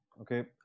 okay